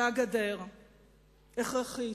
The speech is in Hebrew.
והגדר הכרחית.